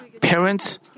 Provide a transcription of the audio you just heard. parents